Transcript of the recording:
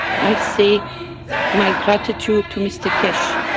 i say my gratitude to mr keshe,